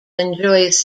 enjoys